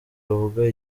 avuga